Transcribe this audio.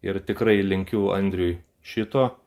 ir tikrai linkiu andriui šito